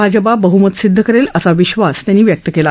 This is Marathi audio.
भाजपा बह्मत सिद्ध करेल असा विश्वास त्यांनी व्यक्त केला